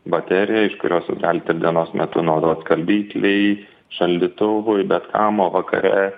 bateriją iš kurios jau galit ir dienos metu naudot skalbyklei šaldytuvui bet kam o vakare